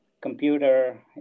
computer